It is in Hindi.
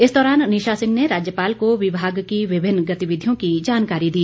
इस दौरान निशा सिंह ने राज्यपाल को विभाग की विभिन्न गतिविधियों की जानकारी दी